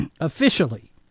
officially